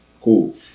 Cool